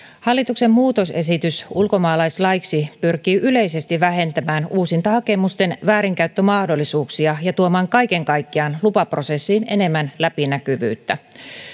hallituksen muutosesitys ulkomaalaislaiksi pyrkii yleisesti vähentämään uusintahakemusten väärinkäyttömahdollisuuksia ja tuomaan kaiken kaikkiaan lupaprosessiin enemmän läpinäkyvyyttä